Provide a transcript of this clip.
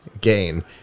gain